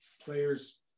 players